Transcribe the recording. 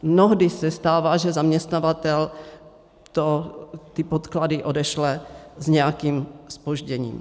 Mnohdy se stává, že zaměstnavatel ty podklady odešle s nějakým zpožděním.